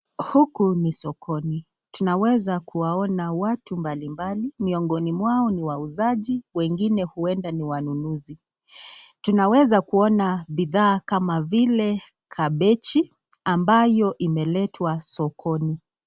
Huku ni sokoni tunaweza kuwaona watu mbali mbali, miongoni mwao ni wauzaji wengine huenda ni wanunuzi , tunawezkuona bidha kama vile; kabeji ambayo imeletwa sokoni.